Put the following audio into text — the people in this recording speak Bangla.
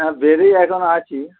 হ্যাঁ বেডেই এখন আছি